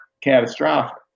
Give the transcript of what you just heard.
catastrophic